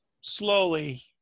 slowly